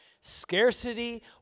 scarcity